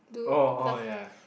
oh oh ya